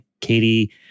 Katie